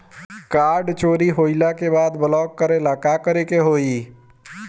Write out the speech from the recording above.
Card चोरी होइला के बाद ब्लॉक करेला का करे के होई?